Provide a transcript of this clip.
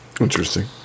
Interesting